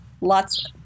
lots